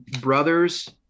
brothers